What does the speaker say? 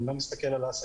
אני לא מסתכל על העסקים,